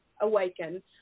awaken